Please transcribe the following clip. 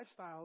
lifestyles